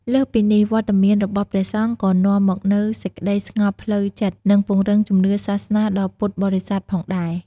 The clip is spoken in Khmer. លើសពីនេះ វត្តមានរបស់ព្រះសង្ឃក៏នាំមកនូវភាពស្ងប់ស្ងាត់ផ្លូវចិត្ត និងពង្រឹងជំនឿសាសនាដល់ពុទ្ធបរិស័ទផងដែរ។